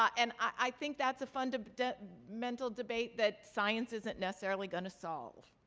and i think that's a fundamental mental debate that science isn't necessarily going to solve.